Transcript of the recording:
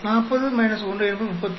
40 1 என்பது 39